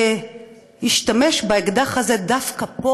להשתמש באקדח הזה דווקא פה?